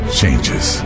changes